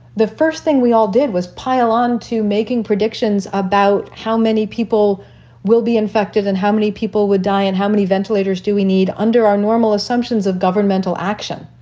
the first thing we all did was pile on to making predictions about how many people will be infected and how many people would die and how many ventilators do we need under our normal assumptions of governmental action.